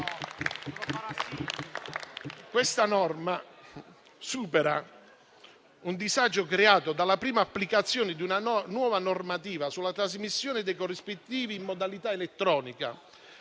Questa norma supera un disagio creato dalla prima applicazione di una nuova normativa sulla trasmissione dei corrispettivi in modalità elettronica.